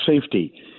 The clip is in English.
safety